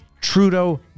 Trudeau